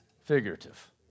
Figurative